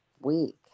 week